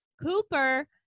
cooper